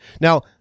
Now